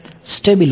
stability